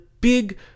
big